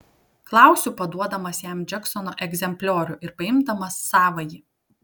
klausiu paduodamas jam džeksono egzempliorių ir paimdamas savąjį